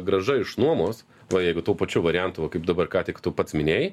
grąža iš nuomos va jeigu tuo pačiu variantu va kaip dabar ką tik tu pats minėjai